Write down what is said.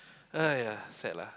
aiyah sad lah